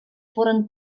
foren